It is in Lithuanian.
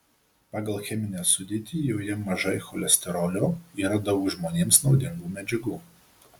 pagal cheminę sudėtį joje mažai cholesterolio yra daug žmonėms naudingų medžiagų